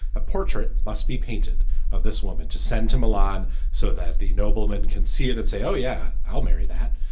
a portrait must be painted of this woman to send to milan so that the nobleman can see it and say, oh, yeah, i'll marry that.